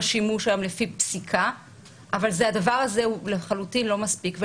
שימוש היום לפי פסיקה אבל הדבר הזה הוא לחלוטין לא מספיק.